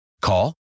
Call